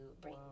bring